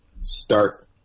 start